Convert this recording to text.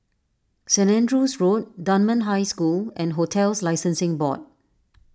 Saint Andrew's Road Dunman High School and Hotels Licensing Board